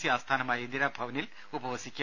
C ആസ്ഥാനമായ ഇന്ദിരാഭവനിൽ ഉപവസിക്കും